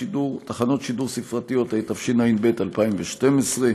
תחנות שידור ספרתיות, התשע"ב 2012,